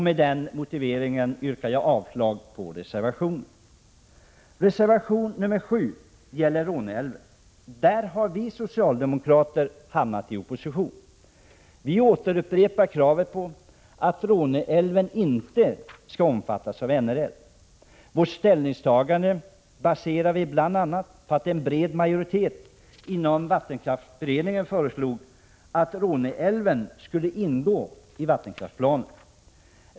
Med den motiveringen yrkar jag avslag på reservation nr 6. Reservation nr 7 gäller Råneälven. Där har vi socialdemokrater hamnat i opposition. Vi återupprepar kravet på att Råneälven inte skall omfattas av NRL. Vårt ställningstagande baserar vi bl.a. på att en bred majoritet inom vattenkraftsberedningen föreslog att Råneälven skulle ingå i vattenkraftsplanen.